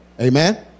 Amen